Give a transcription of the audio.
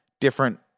different